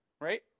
right